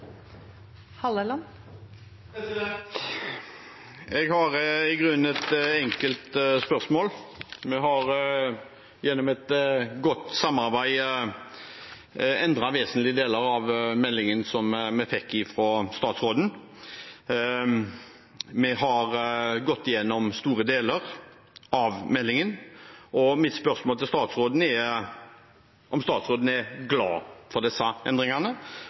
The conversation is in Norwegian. Jeg har i grunnen et enkelt spørsmål. Vi har gjennom et godt samarbeid endret vesentlige deler av meldingen som vi fikk fra statsråden. Vi har gått gjennom store deler av meldingen. Mitt spørsmål til statsråden er: Er statsråden glad for disse endringene,